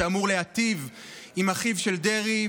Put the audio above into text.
שאמור להיטיב עם אחיו של דרעי,